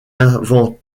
avant